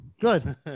Good